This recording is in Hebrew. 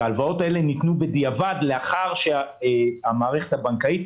ההלוואות האלה ניתנו בדיעבד לאחר שהמערכת הבנקאית